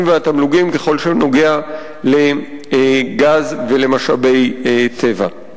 והתמלוגים בכל מה שנוגע לגז ולמשאבי טבע.